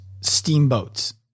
steamboats